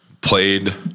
played